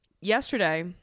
yesterday